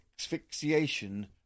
asphyxiation